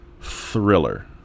thriller